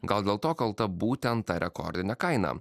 gal dėl to kalta būtent ta rekordinė kaina